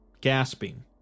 gasping